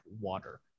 water